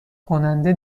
کننده